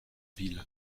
ville